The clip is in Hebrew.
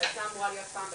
שהיתה אמורה להיות פעם בחודש,